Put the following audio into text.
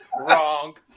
Wrong